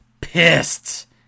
pissed